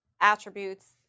attributes